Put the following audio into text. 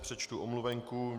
Přečtu omluvenku.